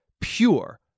pure